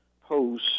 Post